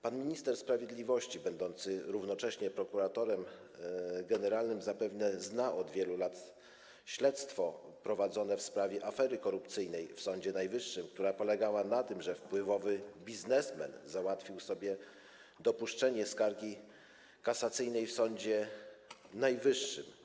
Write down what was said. Pan minister sprawiedliwości będący równocześnie prokuratorem generalnym zapewne zna od wielu lat śledztwo prowadzone w sprawie afery korupcyjnej w Sądzie Najwyższym, która polegała na tym, że wpływowy biznesmen załatwił sobie dopuszczenie skargi kasacyjnej w Sądzie Najwyższym.